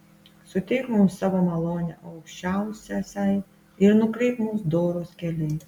suteik mums savo malonę o aukščiausiasai ir nukreipk mus doros keliais